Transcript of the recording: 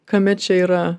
kame čia yra